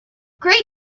great